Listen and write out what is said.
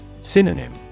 Synonym